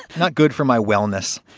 not good for my wellness.